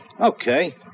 Okay